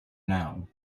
now